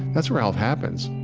that's where health happens